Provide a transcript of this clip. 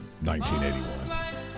1981